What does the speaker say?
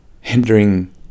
hindering